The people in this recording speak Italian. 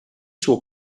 suo